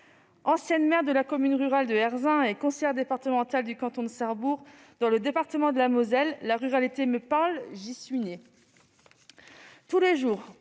Ancienne maire de la commune rurale de Hertzing et actuelle conseillère départementale du canton de Sarrebourg, dans le département de la Moselle, la ruralité me parle : j'y suis née.